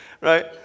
Right